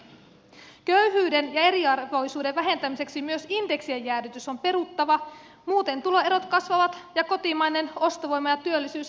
köyhyyden ja eriarvoisuuden vähentämiseksi myös indeksien jäädytys on peruttava muuten tuloerot kasvavat ja kotimainen ostovoima ja työllisyys heikkenevät